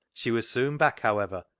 she was soon back, however,